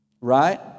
right